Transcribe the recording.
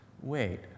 wait